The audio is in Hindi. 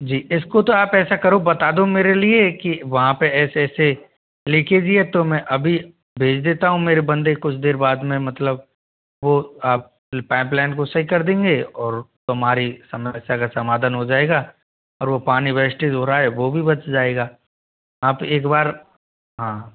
जी इसको तो आप ऐसा करो बता दो मेरे लिए कि वहाँ पे ऐसे ऐसे लीकेज ही है तो मैं अभी भेज देता हूँ मेरे बंदे कुछ देर बाद में मतलब वो आप पेपलेन को सही कर देंगे और तुम्हारी समस्या का समाधान हो जाएगा और वो पानी वेस्टेज हो रहा है वो भी बच जाएगा आप एक बार हाँ